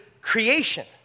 creation